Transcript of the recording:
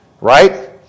right